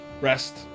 rest